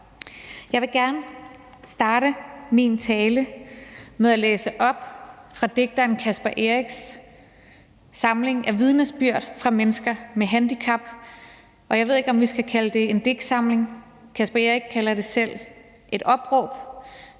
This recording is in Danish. Jeg vil gerne starte min tale med at læse op fra digteren Caspar Erics samling af vidnesbyrd fra mennesker med handicap, og jeg ved ikke, om vi skal kalde det en digtsamling, Caspar Eric kalder det selv et opråb,